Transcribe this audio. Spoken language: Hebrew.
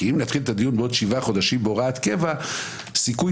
כי אם נתחיל את הדיון בעוד שבעה חודשים בהוראת קבע יש סיכוי